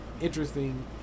interesting